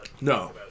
No